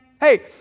hey